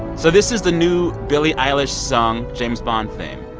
so this is the new billie eilish song, james bond theme